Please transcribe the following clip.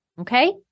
okay